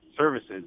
services